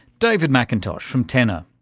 david mcintosh from tenor.